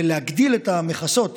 להגדיל את המכסות,